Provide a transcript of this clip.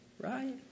right